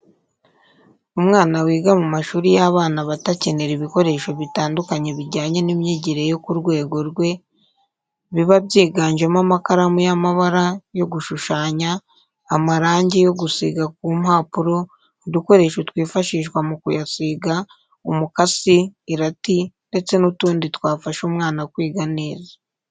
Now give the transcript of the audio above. Umwana wiga mu mashuri y'abana bato akenera ibikoresho bitandukanye bijyanye n'imyigire yo ku rwego rwe, biba byiganjemo amakaramu y'amabara yo gushushanya, amarangi yo gusiga ku mpapuro, udukoresho twifashishwa mu kuyasiga, umukasi, irati, ndetse n'utundi twafasha umwana kwiga neza.